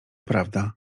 prawda